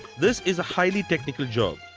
this is a highly technical job,